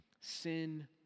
sin